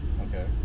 okay